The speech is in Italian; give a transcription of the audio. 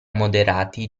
moderati